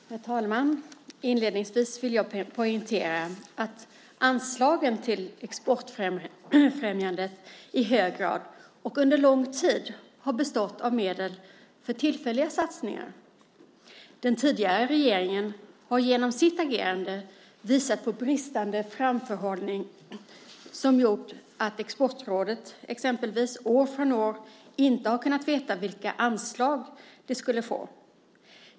Herr talman! Inledningsvis vill jag poängtera att anslagen till exportfrämjande i hög grad och under lång tid har bestått av medel för tillfälliga satsningar. Den tidigare regeringen har genom sitt agerande visat på bristande framförhållning, som har gjort att till exempel Exportrådet år från år inte har kunnat veta vilka anslag det skulle få.